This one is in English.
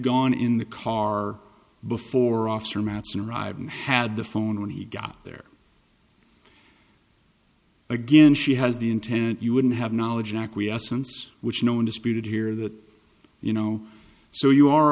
gone in the car before officer mattson arrived and had the phone when he got there again she has the intent you wouldn't have knowledge acquiescence which no one disputed here that you know so you are